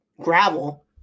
gravel